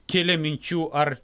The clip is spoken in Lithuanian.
kėlė minčių ar